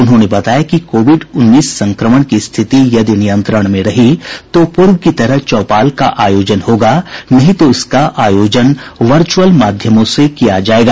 उन्होंने बताया कि कोविड उन्नीस संक्रमण की स्थिति यदि नियंत्रण में रही तो पूर्व की तरह चौपाल का आयोजन होगा नहीं तो इसका आयोजन वर्चअल माध्यमों से किया जायेगा